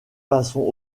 façon